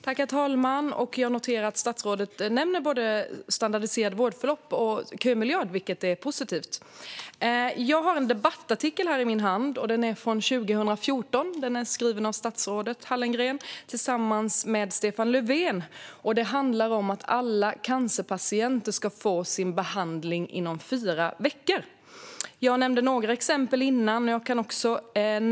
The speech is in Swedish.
Herr talman! Jag noterar att statsrådet nämner både standardiserade vårdförlopp och kömiljard, vilket är positivt. Jag håller i min hand en debattartikel från 2014. Den är skriven av statsrådet Hallengren tillsammans med Stefan Löfven. Den handlar om att alla cancerpatienter ska få påbörja sin behandling inom fyra veckor. Jag nämnde några exempel tidigare.